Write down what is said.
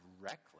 reckless